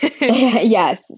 Yes